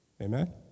Amen